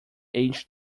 age